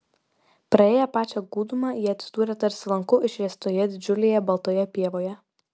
praėję pačią gūdumą jie atsidūrė tarsi lanku išriestoje didžiulėje baltoje pievoje